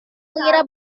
mengira